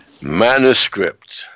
manuscript